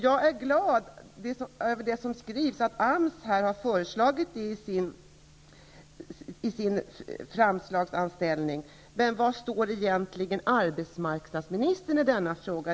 Jag är glad över det som sägs, att AMS har föreslagit det i sin anslagsframställning. Men var står egentligen arbetsmarknadsministern i denna fråga?